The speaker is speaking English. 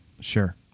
Sure